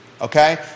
Okay